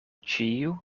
ĉiu